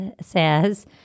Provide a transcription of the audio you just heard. says